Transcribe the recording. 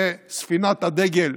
וספינת הדגל,